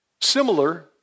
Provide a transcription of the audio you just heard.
similar